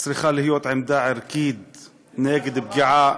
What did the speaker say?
צריכה להיות עמדה ערכית נגד פגיעה,